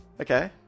okay